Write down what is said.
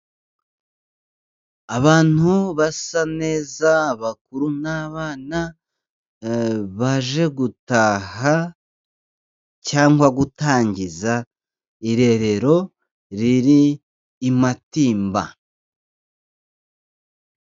Abantu basa neza abakuru n'abana, baje gutaha cyangwa gutangiza irerero riri i Matimba.